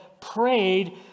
prayed